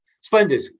Splendid